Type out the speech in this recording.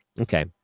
Okay